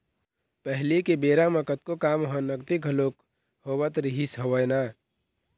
पहिली के बेरा म कतको काम ह नगदी घलोक होवत रिहिस हवय ना